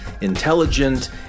intelligent